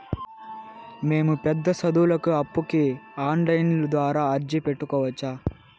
మేము పెద్ద సదువులకు అప్పుకి ఆన్లైన్ ద్వారా అర్జీ పెట్టుకోవచ్చా?